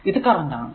ഇത് കറന്റ് ആണ്